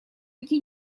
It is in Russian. идти